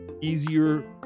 easier